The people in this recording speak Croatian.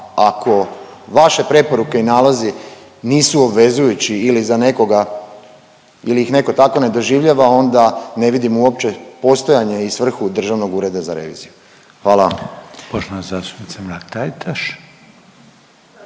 ako vaše preporuke i nalozi nisu obvezujući ili za nekoga ili ih netko tako ne doživljava, onda ne vidim uopće postojanje i svrhu Državnog ureda za reviziju. Hvala